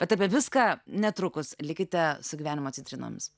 bet apie viską netrukus likite su gyvenimo citrinomis